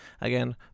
Again